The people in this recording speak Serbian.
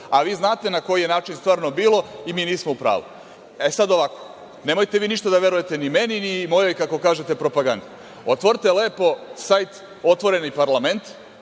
a vi znate na koji je način stvarno bilo i mi nismo u pravu. Nemojte vi ništa da verujete ni meni ni mojoj, kako kažete propagandi, otvorite lepo sajt „Otvoreni parlament“,